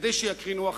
כדי שיקרינו אחרת.